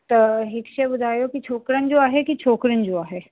त हिक शइ ॿुधायो कि छोकिरनि जो आहे कि छोकिरियुनि जो आहे